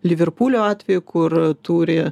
liverpulio atveju kur turi